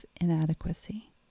inadequacy